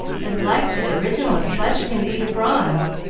as like to the original as flesh can be to bronze.